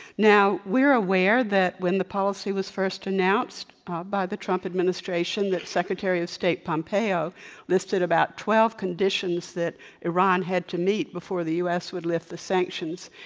now, we're aware that when the policy was first announced by the trump administration, that secretary of state pompeo listed about twelve conditions that iran had to meet before the u. s. would lift the sanctions.